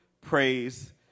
praise